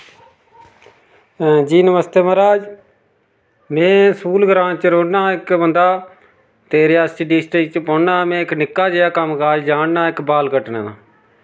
जी नमस्ते महाराज में सूल ग्रांऽ च रौहन्ना इक बंदा ते रेआसी डिस्ट्रिक च पौन्ना में इक निक्का जेहा कम्मकाज जानना इक बाल कट्टने दा